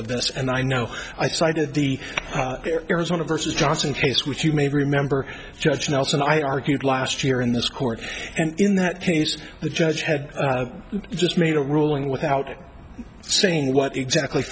of this and i know i cited the arizona versus johnson case which you may remember judge nelson i argued last year in this court and in that case the judge had just made a ruling without saying what exactly